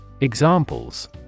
Examples